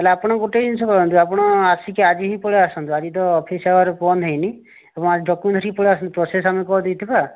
ତାହେଲେ ଆପଣ ଗୋଟେ ଜିନିଷ କରନ୍ତୁ ଆପଣ ଆସିକି ଆଜି ହିଁ ପଳେଇ ଆସନ୍ତୁ ଆଜି ତ ଅଫିସ ହାୱାର ବନ୍ଦ ହେଇନି ଏବଂ ଆଜି ଡକୁମେଣ୍ଟ ଧରି ପଳେଇ ଆସନ୍ତୁ ପ୍ରୋସେସ ଆମେ କରିଦେଇଥିବା